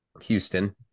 houston